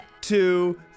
two